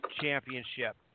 Championship